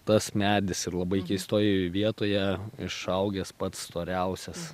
tas medis ir labai keistoj vietoje išaugęs pats storiausias